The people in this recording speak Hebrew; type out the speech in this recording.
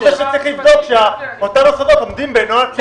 הוא זה שצריך לבדוק שאותם מוסדות עומדים בנוהל תמיכות.